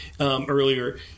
earlier